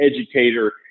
educator